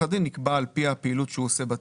הדין נקבע על פי הפעילות שהוא עושה בתיק,